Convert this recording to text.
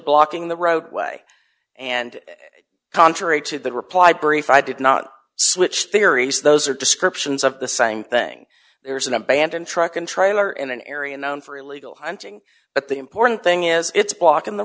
blocking the roadway and contrary to the reply brief i did not switch theories those are descriptions of the same thing there's an abandoned truck and trailer in an area known for illegal hunting but the important thing is it's blocking the